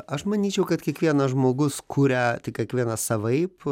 aš manyčiau kad kiekvienas žmogus kuria kiekvienas savaip